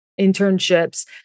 internships